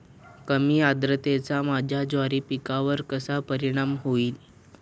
कमी आर्द्रतेचा माझ्या ज्वारी पिकावर कसा परिणाम होईल?